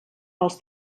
els